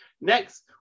Next